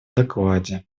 докладе